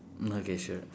okay sure